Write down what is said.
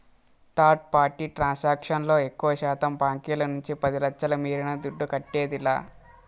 third party transaction లో ఎక్కువశాతం బాంకీల నుంచి పది లచ్ఛల మీరిన దుడ్డు కట్టేదిలా